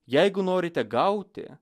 jeigu norite gauti